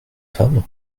femme